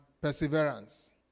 perseverance